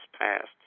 passed